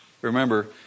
remember